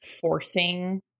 forcing